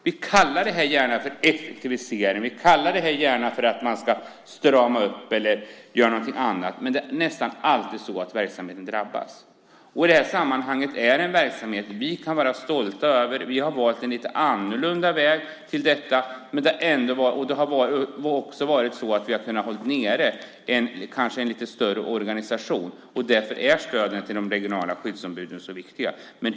Vi kallar det gärna för effektivisering, att man ska strama upp eller göra någonting annat. Men det är nästan alltid så att verksamheten drabbas. Det här är en verksamhet vi i sammanhanget kan vara stolta över. Vi har valt en lite annorlunda väg. Det har också varit så att vi har kunnat hålla nere en kanske lite större organisation. Därför är stöden till de regionala skyddsombuden så viktiga.